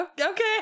okay